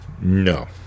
no